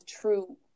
true